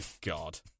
god